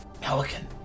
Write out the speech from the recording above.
Pelican